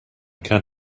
can